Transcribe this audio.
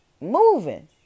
moving